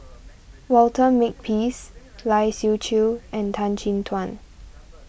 Walter Makepeace Lai Siu Chiu and Tan Chin Tuan